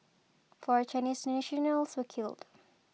four Chinese nationals were killed